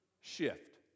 shift